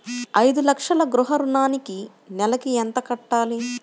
ఐదు లక్షల గృహ ఋణానికి నెలకి ఎంత కట్టాలి?